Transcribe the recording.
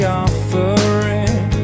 offering